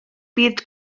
byd